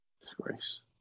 Disgrace